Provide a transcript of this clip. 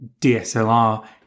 DSLR